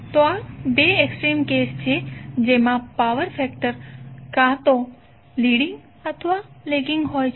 તો આ 2 extreme case છે જેમાં પાવર ફેક્ટર કાં તો લીડીંગ અથવા લેગિંગ હોય છે